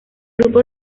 grupo